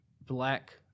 black